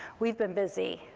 we've been busy,